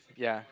ya